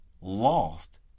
lost